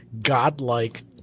godlike